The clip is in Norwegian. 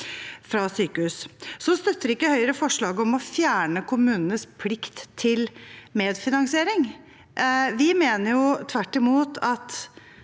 Så støtter ikke Høyre forslaget om å fjerne kommunenes plikt til medfinansiering. Vi mener tvert imot at